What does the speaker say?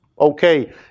okay